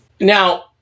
now